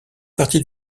partie